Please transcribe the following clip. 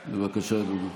בבקשה, אדוני.